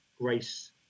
grace